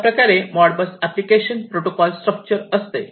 अशाप्रकारे Modbus application protocol structure असते